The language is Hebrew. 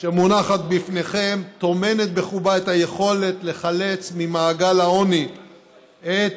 שמונחת בפניכם טומנת בחובה את היכולת לחלץ ממעגל העוני את